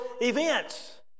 events